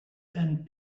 and